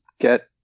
get